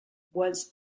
was